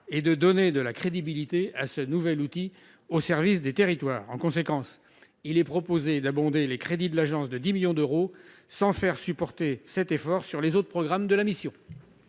et de donner de la crédibilité à ce nouvel outil au service des territoires en conséquence, il est proposé d'abonder les crédits de l'Agence de 10 millions d'euros sans faire supporter cet effort sur les autres programmes de la mission.